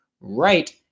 right